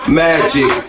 magic